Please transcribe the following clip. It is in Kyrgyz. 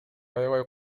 аябай